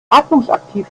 atmungsaktiv